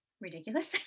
ridiculous